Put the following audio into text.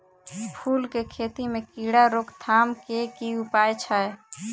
फूल केँ खेती मे कीड़ा रोकथाम केँ की उपाय छै?